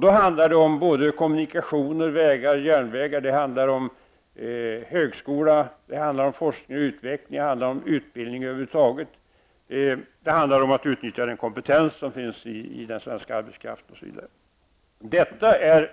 Då handlar det om kommunikationer som vägar och järnvägar, om utbildning, högskola och forskning och utveckling, och om att utnyttja den kompetens som finns i den svenska arbetskraften. Detta är